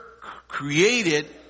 created